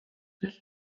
this